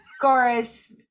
chorus